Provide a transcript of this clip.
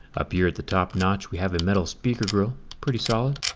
up here at the top notch we have a metal speaker grill pretty solid.